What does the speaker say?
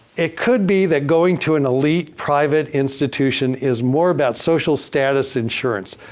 it could be that going to an elite private institution is more about social status insurance.